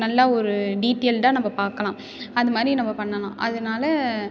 நல்லா ஒரு டீட்டெயில்டாக நம்ம பார்க்கலாம் அது மாதிரி நம்ம பண்ணலாம் அதனால